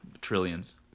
Trillions